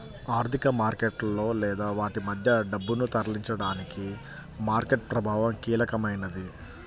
ఆర్థిక మార్కెట్లలో లేదా వాటి మధ్య డబ్బును తరలించడానికి మార్కెట్ ప్రభావం కీలకమైనది